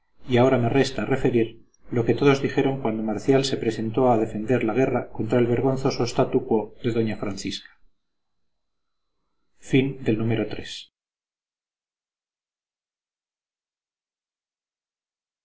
y ahora me resta referir lo que todos dijeron cuando marcial se presentó a defender la guerra contra el vergonzoso statu quo de doña francisca